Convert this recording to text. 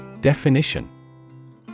Definition